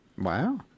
Wow